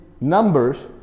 numbers